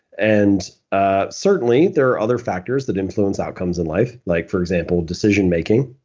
and ah certainly there are other factors that influence outcomes in life like for example decision making,